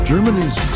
Germany's